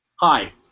Hi